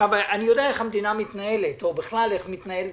אני יודע איך המדינה מתנהלת או בכלל איך מתנהלים